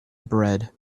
bread